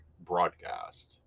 broadcast